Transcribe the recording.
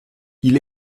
elle